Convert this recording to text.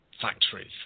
factories